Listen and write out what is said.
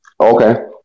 Okay